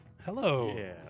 Hello